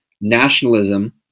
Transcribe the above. nationalism